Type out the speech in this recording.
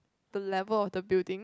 the level of the building